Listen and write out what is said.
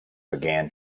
began